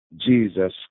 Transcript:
Jesus